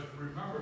Remember